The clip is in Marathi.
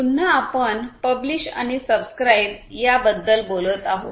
पुन्हा आपण पब्लिष आणि सबस्क्राईब या याबद्दल बोलत आहोत